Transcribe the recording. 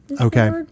Okay